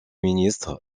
ministre